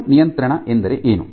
ಸ್ವಯಂ ನಿಯಂತ್ರಣ ಎಂದರೆ ಏನು